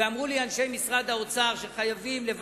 זה היה